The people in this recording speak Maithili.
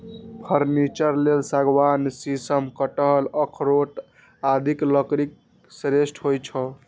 फर्नीचर लेल सागवान, शीशम, कटहल, अखरोट आदिक लकड़ी श्रेष्ठ होइ छै